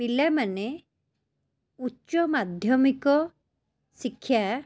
ପିଲାମାନେ ଉଚ୍ଚ ମାଧ୍ୟମିକ ଶିକ୍ଷା